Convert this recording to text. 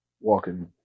walking